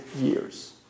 years